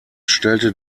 stellte